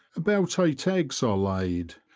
about eight eggs are laid,